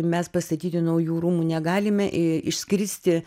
mes pastatyti naujų rūmų negalime išskristi